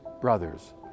brothers